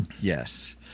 Yes